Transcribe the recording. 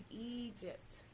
Egypt